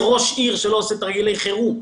אין ראש עירייה שלא עושה תרגילי חירום,